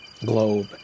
globe